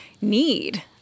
need